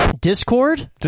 Discord